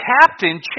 captain